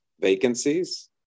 vacancies